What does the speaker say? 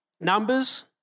numbers